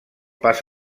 pas